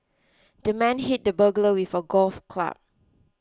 the man hit the burglar with a golf club